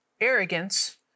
arrogance